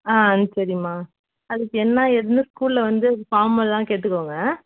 ஆ சரிம்மா அதுக்கு என்ன ஏதுன்னு ஸ்கூலில் வந்து ஃபார்மெல்லாம் கேட்டுக்கங்க